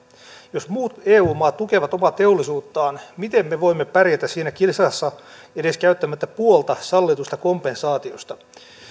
jos muut eu maat tukevat omaa teollisuuttaan miten me voimme pärjätä siinä kisassa edes käyttämättä puolta sallitusta kompensaatiosta